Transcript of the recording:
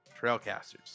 Trailcasters